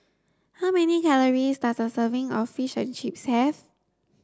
how many calories does a serving of Fish and Chips have